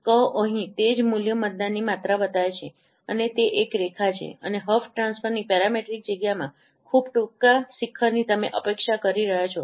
કહો અહીં તેજ મૂલ્ય મતદાનની માત્રા બતાવે છે અને તે એક રેખા છે અને હફ ટ્રાન્સફોર્મની પેરામેટ્રિક જગ્યામાં ખૂબ ટૂંકા શિખરની તમે અપેક્ષા કરી રહ્યા છો